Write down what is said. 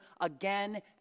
again